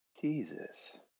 Jesus